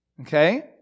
Okay